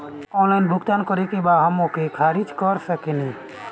Online भुगतान करे के बाद हम ओके खारिज कर सकेनि?